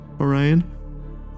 Orion